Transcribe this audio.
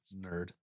Nerd